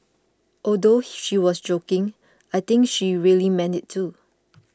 although she was joking I think she really meant it too